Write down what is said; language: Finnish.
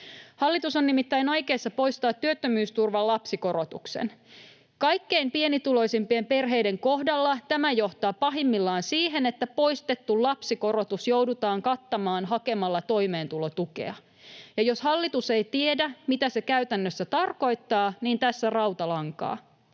Hallitus on nimittäin aikeissa poistaa työttömyysturvan lapsikorotuksen. Kaikkein pienituloisimpien perheiden kohdalla tämä johtaa pahimmillaan siihen, että poistettu lapsikorotus joudutaan kattamaan hakemalla toimeentulotukea. Ja jos hallitus ei tiedä, mitä se käytännössä tarkoittaa, niin tässä rautalankaa: